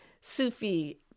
Sufi